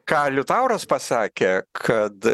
ką liutauras pasakė kad